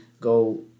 go